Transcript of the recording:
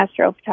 astrophotography